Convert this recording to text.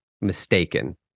mistaken